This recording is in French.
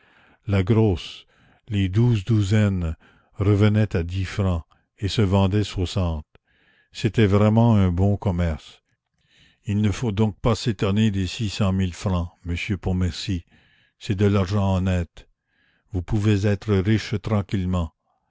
la grosse les douze douzaines revenait à dix francs et se vendait soixante c'était vraiment un bon commerce il ne faut donc pas s'étonner des six cent mille francs monsieur pontmercy c'est de l'argent honnête vous pouvez être riches tranquillement